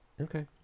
Okay